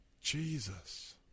Jesus